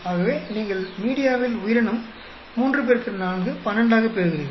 ஆகவே நீங்கள் மீடியாவில் உயிரினம் 3 X 4 12 ஆகப் பெறுகிறீர்கள்